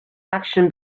auction